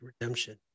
redemption